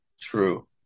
True